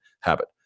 Habit